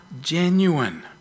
genuine